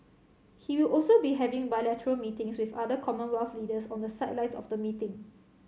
he will also be having bilateral meetings with other Commonwealth leaders on the sidelines of the meeting